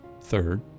Third